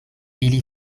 ili